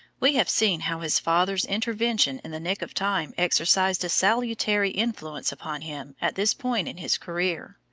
we have seen how his father's intervention in the nick of time exercised a salutary influence upon him at this point in his career,